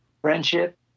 friendship